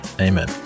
Amen